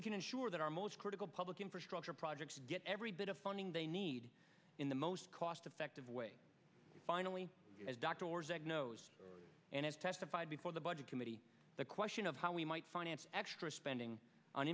we can ensure that our most critical public infrastructure projects get every bit of funding they need in the most cost effective way finally as dr or zach knows and as testified before the budget committee the question of how we might finance extra spending on